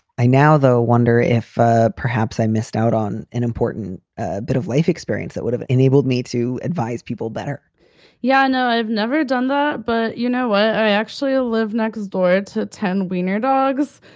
i now, though, wonder if ah perhaps i missed out on an important bit of life experience that would have enabled me to advise people better yeah, i ah know i've never done that. but you know what? i actually ah live next door to ten wiener dogs.